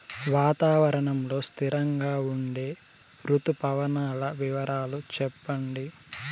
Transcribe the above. వాతావరణం లో స్థిరంగా ఉండే రుతు పవనాల వివరాలు చెప్పండి?